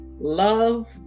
love